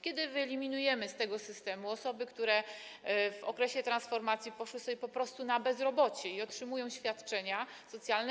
Kiedy wyeliminujemy z tego systemu osoby, które w okresie transformacji przeszły po prostu na bezrobocie i otrzymują świadczenia socjalne?